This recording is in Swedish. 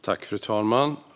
Fru talman!